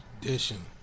Dishing